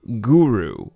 guru